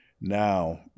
Now